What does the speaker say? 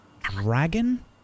Dragon